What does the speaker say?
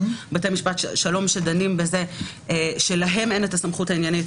בתי משפט שלום שדנים בזה שלהם אין הסמכות העניינית